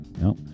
No